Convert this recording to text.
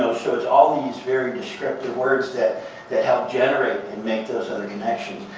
so it's all these very descriptive words that that help generate and make those other connections.